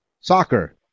Soccer